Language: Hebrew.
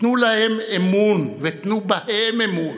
תנו להם אמון ותנו בהם אמון.